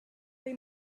they